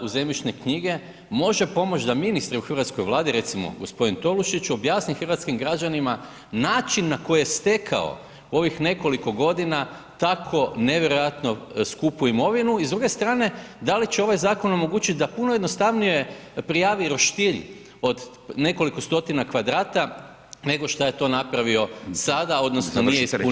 u zemljišne knjige, može pomoć da ministri u hrvatskoj Vladi, recimo g. Tolušić objasni hrvatskim građanima način na koji je stekao ovih nekoliko godina tako nevjerojatno skupu imovinu i s druge strane, da li će ovaj zakon omogućit da puno jednostavnije prijavi roštilj od nekoliko stotina kvadrata nego šta je to napravio sada odnosno [[Upadica Radin: Zavrište rečenicu, vrijeme.]] nije ispunio u imovinskoj kartici?